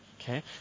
Okay